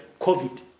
COVID